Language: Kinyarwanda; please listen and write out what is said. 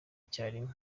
icyarimwe